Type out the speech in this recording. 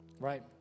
right